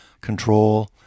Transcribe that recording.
control